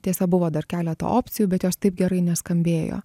tiesa buvo dar keleta opcijų bet jos taip gerai neskambėjo